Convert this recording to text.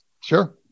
Sure